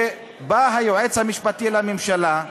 ובא היועץ המשפטי לממשלה,